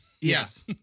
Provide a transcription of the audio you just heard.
Yes